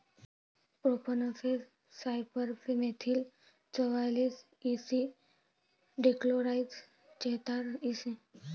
profenofos cypermethrin चौवालीस E C dichlorvos चेहतार EC